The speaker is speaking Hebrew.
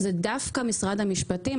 זה דווקא משרד המשפטים.